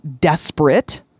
desperate